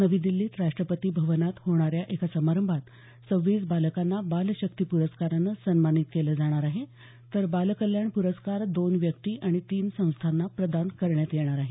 नवी दिल्लीत राष्ट्रपती भवनात होणाऱ्या एका समारंभात सव्वीस बालकांना बाल शक्ती पुरस्कारानं सन्मानित केलं जाणार आहे तर बाल कल्याण प्रस्कार दोन व्यक्ती आणि तीन संस्थांना प्रदान करण्यात येणार आहे